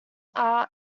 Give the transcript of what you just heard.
are